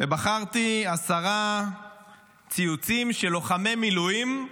ובחרתי עשרה ציוצים של לוחמי מילואים.